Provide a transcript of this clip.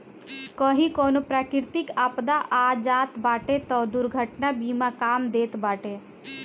कही कवनो प्राकृतिक आपदा आ जात बाटे तअ दुर्घटना बीमा काम देत बाटे